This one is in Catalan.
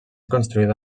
construïda